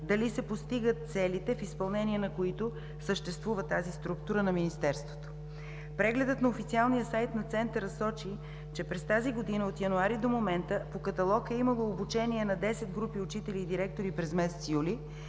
дали се постигат целите, в изпълнение на които съществува тази структура на Министерството? Прегледът на официалния сайт на Центъра сочи, че през тази година – от януари до момента, по каталог е имало обучение на десет групи учители и директори през месец юли